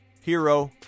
Hero